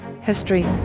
history